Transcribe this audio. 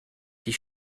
die